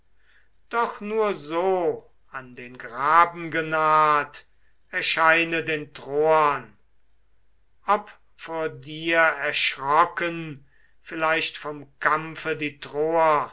doch nur so an den graben genaht erscheine den troern ob vor dir erschrocken vielleicht vom kampfe die troer